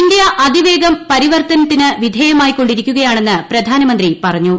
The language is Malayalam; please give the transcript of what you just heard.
ഇന്ത്യ അതിവേഗം പരിവർത്തനത്തിന് വിധേയമായി കൊണ്ടിരിക്കുകയാണെന്ന് പ്രധാനമന്ത്രി പറഞ്ഞു